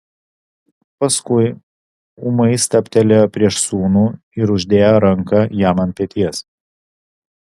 paskui ūmai stabtelėjo prieš sūnų ir uždėjo ranką jam ant peties